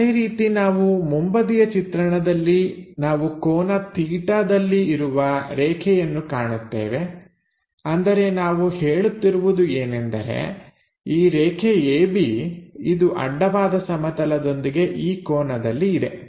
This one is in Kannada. ಅದೇ ರೀತಿ ನಾವು ಮುಂಬದಿಯ ಚಿತ್ರಣದಲ್ಲಿ ನಾವು ಕೋನ 𝜭 ದಲ್ಲಿ ಇರುವ ರೇಖೆಯನ್ನು ಕಾಣುತ್ತೇವೆ ಅಂದರೆ ನಾವು ಹೇಳುತ್ತಿರುವುದು ಏನೆಂದರೆ ಈ ರೇಖೆ AB ಇದು ಅಡ್ಡವಾದ ಸಮತಲದೊಂದಿಗೆ ಈ ಕೋನದಲ್ಲಿ ಇದೆ